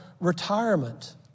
retirement